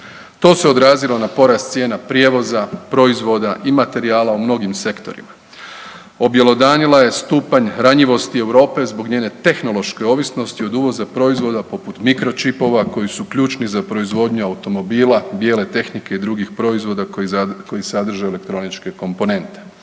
To se odrazilo na porast cijena prijevoza, proizvoda i materijala u mnogim sektorima. Objelodanila je stupanj ranjivosti Europe zbog njene tehnološke ovisnosti od uvoza proizvoda poput mikročipova koji su ključni za proizvodnju automobila ,bijele tehnike i drugih proizvoda koji sadrže elektroničke komponente.